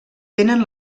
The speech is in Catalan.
tenen